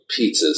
pizzas